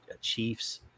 Chiefs